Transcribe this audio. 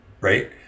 right